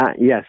Yes